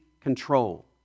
control